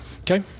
okay